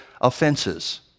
offenses